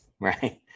right